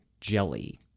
jelly